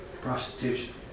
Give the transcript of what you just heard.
prostitution